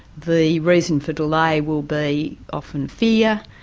the reason for delay will be often fear,